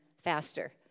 faster